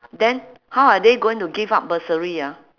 then how are they going to give out bursary ah